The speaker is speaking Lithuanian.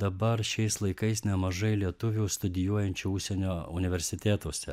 dabar šiais laikais nemažai lietuvių studijuojančių užsienio universitetuose